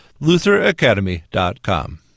lutheracademy.com